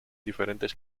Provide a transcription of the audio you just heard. diferentes